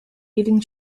eating